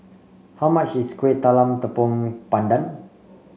how much is Kuih Talam Tepong Pandan